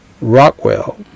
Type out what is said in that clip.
Rockwell